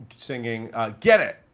singing get it,